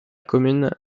commune